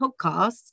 podcasts